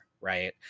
right